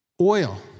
Oil